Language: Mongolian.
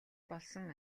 болсон